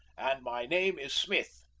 and my name is smith.